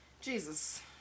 Jesus